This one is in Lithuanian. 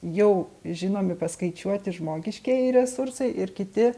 jau žinomi paskaičiuoti žmogiškieji resursai ir kiti